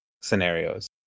scenarios